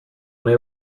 nahi